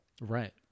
Right